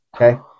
okay